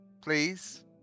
Please